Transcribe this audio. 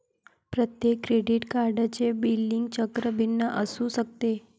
प्रत्येक क्रेडिट कार्डचे बिलिंग चक्र भिन्न असू शकते